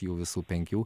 jų visų penkių